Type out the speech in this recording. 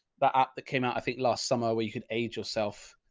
that app that came out, i think last summer where you can age yourself,